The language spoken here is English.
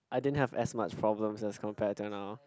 I didn't have as much problem as compared to now